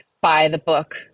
by-the-book